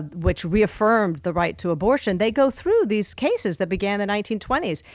which reaffirms the right to abortion. they go through these cases that began the nineteen twenty s.